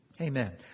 Amen